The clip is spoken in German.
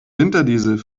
winterdiesel